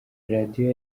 radiyo